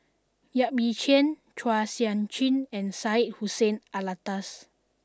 Yap Ee Chian Chua Sian Chin and Syed Hussein Alatas